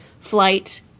flight